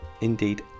Indeed